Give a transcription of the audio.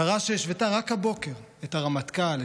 שרה שהשוותה רק הבוקר את הרמטכ"ל,